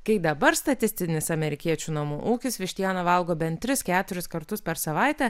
kai dabar statistinis amerikiečių namų ūkis vištieną valgo bent tris keturis kartus per savaitę